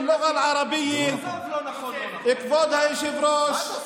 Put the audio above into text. כבוד היושב-ראש,